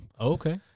Okay